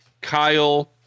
Kyle